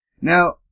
Now